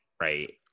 Right